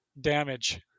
damage